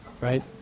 right